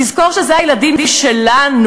תזכור שאלה הילדים שלנו.